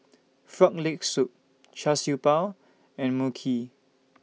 Frog Leg Soup Char Siew Bao and Mui Kee